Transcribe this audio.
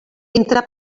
entre